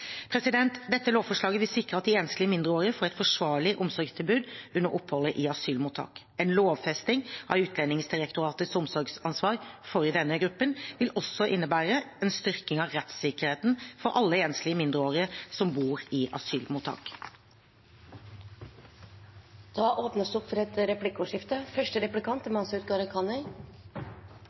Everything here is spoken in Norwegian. Dette lovforslaget vil sikre at de enslige mindreårige får et forsvarlig omsorgstilbud under oppholdet i asylmottak. En lovfesting av Utlendingsdirektoratets omsorgsansvar for denne gruppen vil også innebære en styrking av rettssikkerheten for alle enslige mindreårige som bor i asylmottak. Det blir replikkordskifte. Hvordan kan statsråden mene at dette lovforslaget er